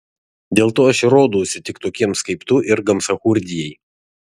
dėl to aš rodausi tik tokiems kaip tu ir gamsachurdijai